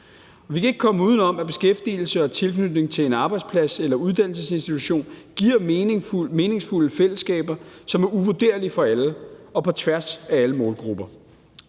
Vi kan ikke komme uden om, at beskæftigelse og tilknytning til en arbejdsplads eller uddannelsesinstitution giver meningsfulde fællesskaber, som er uvurderlige for alle og på tværs af alle målgrupper.